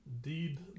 Deed